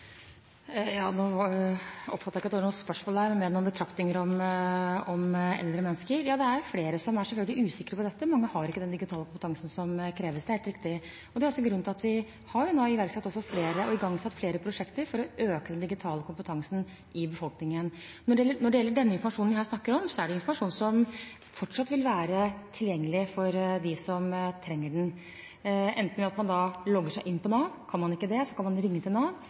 Nå oppfattet jeg ikke at det var noe spørsmål der – mer noen betraktninger om eldre mennesker. Ja, det er selvfølgelig flere som er usikre på dette. Mange har ikke den digitale kompetansen som kreves, det er helt riktig. Det er også grunnen til at vi nå har iverksatt flere prosjekter for å øke den digitale kompetansen i befolkningen. Når det gjelder informasjonen vi her snakker om, er det informasjon som fortsatt vil være tilgjengelig for dem som trenger den, enten ved at man logger seg inn på Nav, og kan man ikke det, kan man ringe til Nav